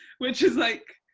which is like,